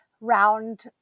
Round